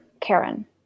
Karen